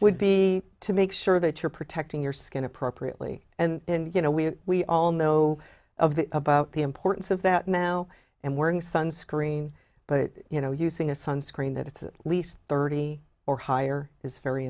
would be to make sure that you're protecting your skin appropriately and you know we we all know of the about the importance of that now and wearing sunscreen but you know using a sunscreen that it's at least thirty or higher is very